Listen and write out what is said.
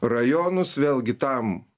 rajonus vėlgi tam